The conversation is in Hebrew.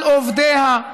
על עובדיה,